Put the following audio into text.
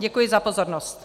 Děkuji za pozornost. .